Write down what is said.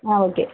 ஆ okay